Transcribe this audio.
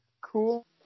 cool